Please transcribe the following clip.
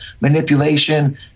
manipulation